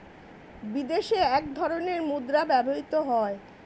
বিদেশে এক ধরনের মুদ্রা ব্যবহৃত হয়